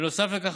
בנוסף לכך,